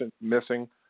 missing